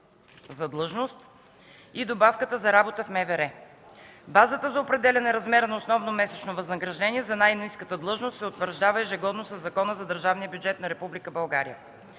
за длъжност и добавката за работа в МВР. Базата за определяне размера на основното месечно възнаграждение за най-ниската длъжност се утвърждава ежегодно със Закона за държавния бюджет на